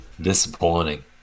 disappointing